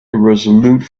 irresolute